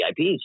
VIPs